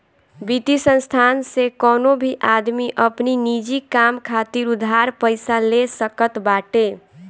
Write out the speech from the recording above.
वित्तीय संस्थान से कवनो भी आदमी अपनी निजी काम खातिर उधार पईसा ले सकत बाटे